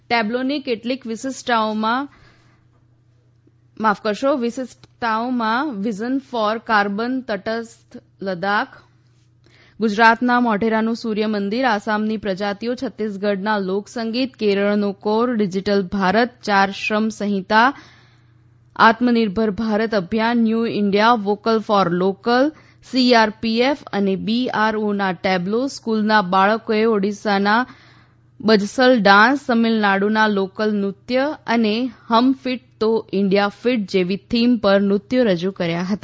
ટેબ્લોની કેટલીક વિશિષ્ટતાઓમાં vision for carbon તટસ્થ લદ્દાખ ગુજરાતના મોઢેરાનું સૂર્ય મંદિર આસામની પ્રજાતિઓ છત્તીસગઢના લોકસંગીત કેરળનો કોર ડિજિટલ ભારત ચાર શ્રમ સંહિતા આત્મનિર્ભર ભારત અભિયાન new India vocal for local CRPF અને બીઆરઓના ટેબ્લો સ્ફૂલના બાળકોએ ઓડિશાના બજસલ ડાન્સ તમિલનાડુના લોકનૃત્ય અને હમ ફીટ તો ઈન્ડિયા ફીટ જેવી થીમ પર નૃત્યો રજૂ કર્યા હતા